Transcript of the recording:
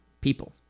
people